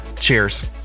cheers